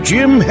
Jim